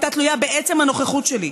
הייתה תלויה בעצם הנוכחות שלי,